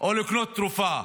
או לקנות תרופה.